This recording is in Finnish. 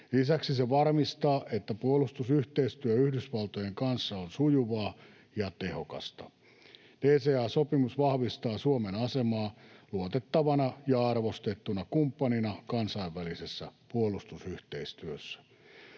Lisäksi se varmistaa, että puolustusyhteistyö Yhdysvaltojen kanssa on sujuvaa ja tehokasta. DCA-sopimus vahvistaa Suomen asemaa luotettavana ja arvostettuna kumppanina kansainvälisessä puolustusyhteistyössä.